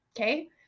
okay